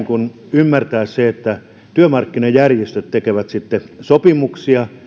ymmärtää se että työmarkkinajärjestöt tekevät sitten sopimuksia